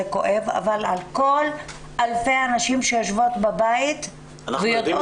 כואב אבל על כל אלפי הנשים שיושבות בבית -- אנחנו יודעים